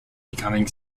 becoming